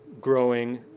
growing